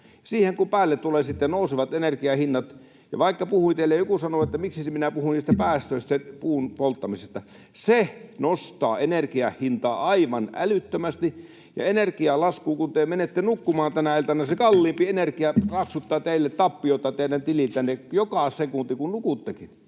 Siihen päälle tulevat sitten nousevat energiahinnat. Ja vaikka joku sanoo, miksi minä puhun niistä päästöistä, puun polttamisesta, niin se nostaa energian hintaa aivan älyttömästi. Ja energialasku: kun te menette nukkumaan tänä iltana, se kalliimpi energia rapsuttaa teille tappiota teidän tililtänne joka sekunti — kun nukuttekin.